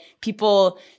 people